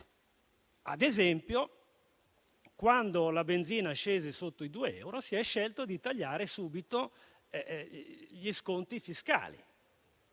Ad esempio, quando il prezzo della benzina scese sotto i due euro, si è scelto di tagliare subito gli sconti fiscali.